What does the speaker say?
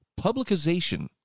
publicization